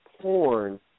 porn